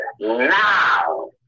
now